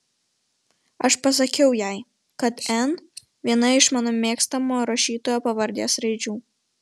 aš pasakiau jai kad n viena iš mano mėgstamo rašytojo pavardės raidžių